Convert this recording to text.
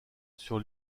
sur